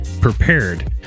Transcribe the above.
prepared